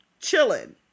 chilling